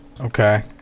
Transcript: Okay